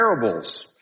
parables